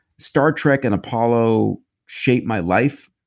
star trek and apollo shape my life.